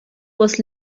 was